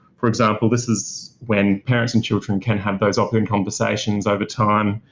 for example, this is when parents and children can have those, often in conversations, over time,